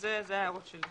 אלה ההערות שלי.